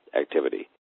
activity